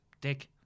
Dick